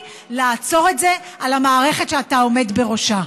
שיעצור את זה במערכת שאתה עומד בראשה.